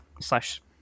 slash